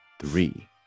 Three